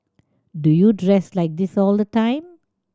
do you dress like this all the time